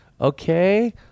Okay